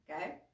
okay